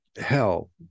hell